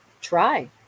try